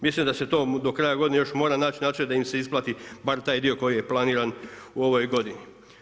Mislim da se to kraja godine još mora naći načina da im se isplati bar taj dio koji je planiran u ovoj godini.